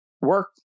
work